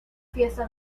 fiesta